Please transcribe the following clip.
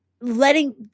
letting